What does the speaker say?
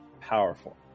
powerful